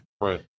right